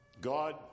God